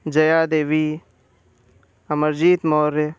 Jaya Devi Amarjeet Maurya